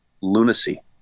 lunacy